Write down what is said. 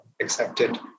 accepted